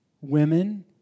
women